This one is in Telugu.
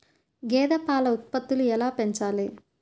గేదె పాల ఉత్పత్తులు ఎలా పెంచాలి?